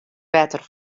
wetter